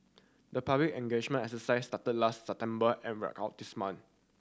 the public engagement exercise started last September and wrap out this month